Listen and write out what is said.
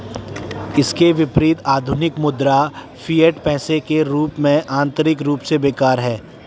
इसके विपरीत, आधुनिक मुद्रा, फिएट पैसे के रूप में, आंतरिक रूप से बेकार है